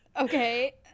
Okay